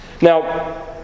Now